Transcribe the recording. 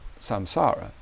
samsara